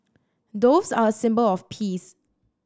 doves are a symbol of peace